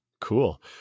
Cool